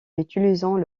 utilisant